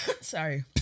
sorry